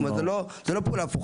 זאת אומרת, זו לא פעולה הפוכה.